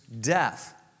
death